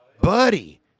Buddy